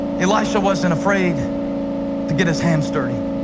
elisha wasn't afraid to get his hands dirty,